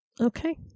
okay